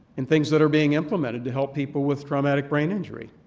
and things that are being implemented to help people with traumatic brain injury.